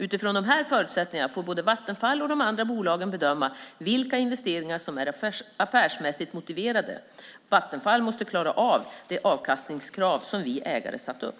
Utifrån de här förutsättningarna får både Vattenfall och de andra bolagen bedöma vilka investeringar som är affärsmässigt motiverade. Vattenfall måste klara av de avkastningskrav som vi ägare har satt upp.